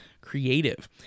creative